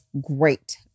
great